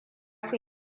fi